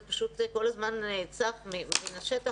זה פשוט כל הזמן צף מן השטח,